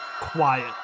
quiet